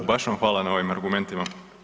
U baš vam hvala na ovim argumentima.